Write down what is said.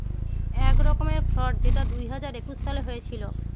এক রকমের ফ্রড যেটা দুই হাজার একুশ সালে হয়েছিল